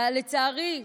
ולצערי,